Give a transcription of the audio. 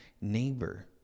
neighbor